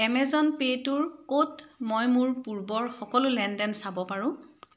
Amazon পে'টোৰ ক'ত মই মোৰ পূৰ্বৰ সকলো লেনদেন চাব পাৰোঁ